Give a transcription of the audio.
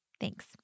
Thanks